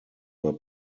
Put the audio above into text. were